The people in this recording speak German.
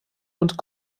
und